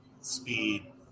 speed